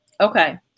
Okay